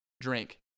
drink